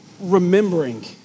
remembering